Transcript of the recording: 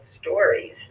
stories